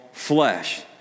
Flesh